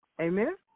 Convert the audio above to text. Amen